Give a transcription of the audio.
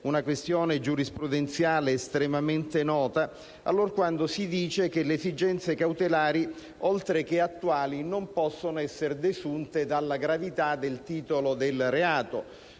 una questione giurisprudenziale estremamente nota, allorquando si dice che le esigenze cautelari, oltre che attuali, non possono essere desunte dalla gravità del titolo del reato.